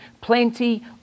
plenty